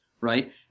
right